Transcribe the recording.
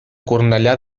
cornellà